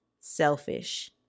selfish